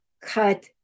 cut